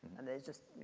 and there's just,